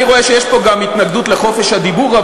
אני רואה שיש פה גם התנגדות לחופש הדיבור,